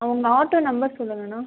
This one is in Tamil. உங்கள் ஆட்டோ நம்பர் சொல்லுங்கண்ணா